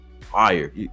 fire